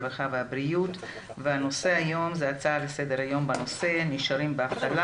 הרווחה והבריאות והנושא היום זה הצעה לסדר היום בנושא נשארים באבטלה,